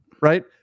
right